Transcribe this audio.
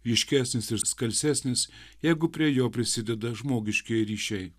ryškesnis ir skalsesnis jeigu prie jo prisideda žmogiškieji ryšiai